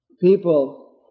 people